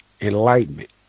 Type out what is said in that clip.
enlightenment